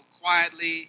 quietly